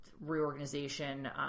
reorganization